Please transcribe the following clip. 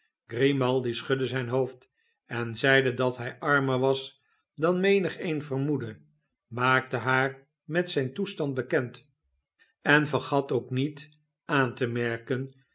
grimaldi schudde zijn hoofd en zeide dat hij armer was dan menigeen vermoedde maakte haar met zijn toestand bekend en vergat ook niet aan te merken